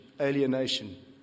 alienation